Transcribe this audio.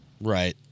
Right